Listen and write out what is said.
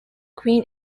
queen